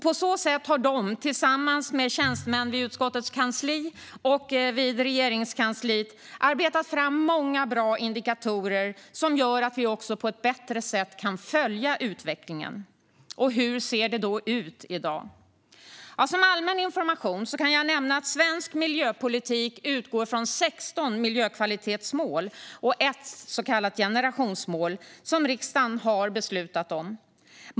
På så sätt har de tillsammans med tjänstemän vid utskottets kansli och Regeringskansliet arbetat fram många bra indikatorer som gör att vi på ett bättre sätt kan följa utvecklingen. Hur ser det då ut i dag? Som allmän information kan jag nämna att svensk miljöpolitik utgår från 16 miljökvalitetsmål och ett så kallat generationsmål som riksdagen har beslutat om.